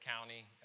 County